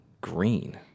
Green